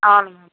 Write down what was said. అవును మ్యామ్